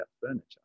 furniture